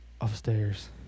upstairs